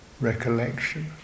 recollection